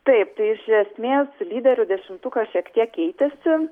taip tai iš esmės lyderių dešimtukas šiek tiek keitėsi